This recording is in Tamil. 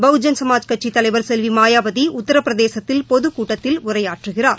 பகுஜன் சமாஜ் கட்சித் தலைவர் செல்வி மாயாவதி உத்திரபிரதேசத்தில் பொதுக்கூட்டத்தில் உரையாற்றுகிறார்